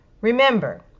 Remember